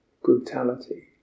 brutality